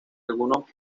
algunos